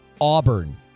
Auburn